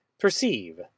Perceive